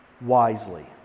wisely